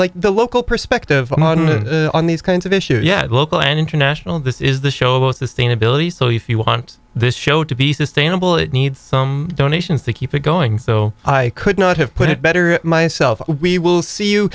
like the local perspective on these kinds of issues yet local and international this is the show sustainability so if you want this show to be sustainable it needs some donations to keep it going so i could not have put it better myself we will see you